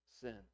sin